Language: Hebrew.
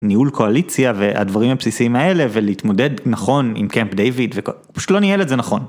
ניהול קואליציה והדברים הבסיסיים האלה ולהתמודד נכון עם קמפ דיוויד, הוא פשוט לא ניהל את זה נכון.